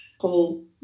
whole